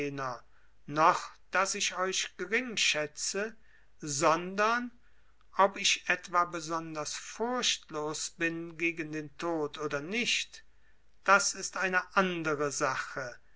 noch daß ich euch geringschätzte sondern ob ich etwa besonders furchtlos bin gegen den tod oder nicht das ist eine andere sache